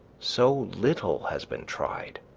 so little has been tried.